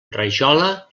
rajola